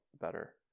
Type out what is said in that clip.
better